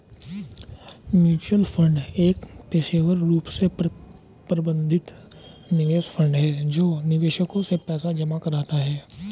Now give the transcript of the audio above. mutual fund एक पेशेवर रूप से प्रबंधित निवेश फंड है जो निवेशकों से पैसा जमा कराता है